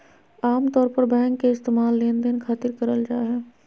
आमतौर पर बैंक के इस्तेमाल लेनदेन खातिर करल जा हय